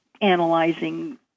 analyzing